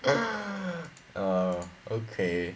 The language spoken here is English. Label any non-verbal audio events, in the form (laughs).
(laughs) ah okay